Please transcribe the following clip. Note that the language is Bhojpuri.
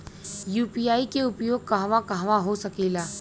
यू.पी.आई के उपयोग कहवा कहवा हो सकेला?